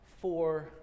four